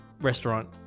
restaurant